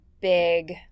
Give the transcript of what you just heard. big